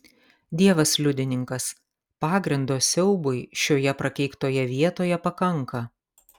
dievas liudininkas pagrindo siaubui šioje prakeiktoje vietoje pakanka